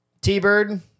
T-Bird